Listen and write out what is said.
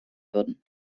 würden